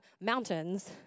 mountains